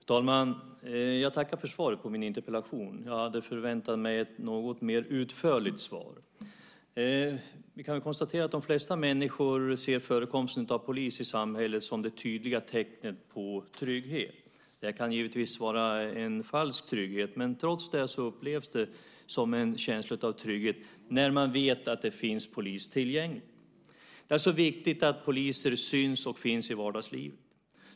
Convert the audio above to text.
Fru talman! Jag tackar för svaret på min interpellation. Jag hade förväntat mig ett något mer utförligt svar. Vi kan konstatera att de flesta människor ser förekomsten av polis i samhället som det tydligaste tecknet på trygghet. Detta kan givetvis vara en falsk trygghet, men trots det upplevs det som en känsla av trygghet när man vet att det finns polis tillgänglig. Det är alltså viktigt att poliser syns och finns i vardagslivet.